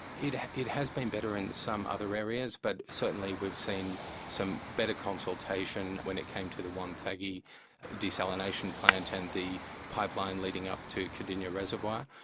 it it has been better in some other areas, but certainly we've seen some better consultation when it came to the wonthaggi desalination plant and the pipeline leading up to cardinia reservoir.